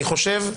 אני חושב,